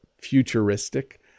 futuristic